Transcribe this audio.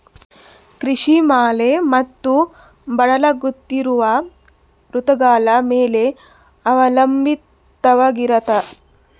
ಕೃಷಿ ಮಳೆ ಮತ್ತು ಬದಲಾಗುತ್ತಿರುವ ಋತುಗಳ ಮೇಲೆ ಅವಲಂಬಿತವಾಗಿರತದ